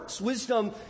Wisdom